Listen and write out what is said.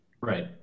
Right